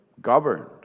Governed